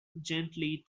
gently